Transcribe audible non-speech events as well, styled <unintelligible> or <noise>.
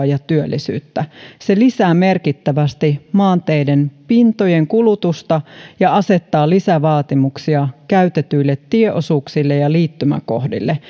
<unintelligible> ja työllisyyttä <unintelligible> se lisää merkittävästi maanteiden pintojen kulutusta <unintelligible> ja asettaa lisävaatimuksia käytetyille tieosuuksille ja liittymäkohdille <unintelligible>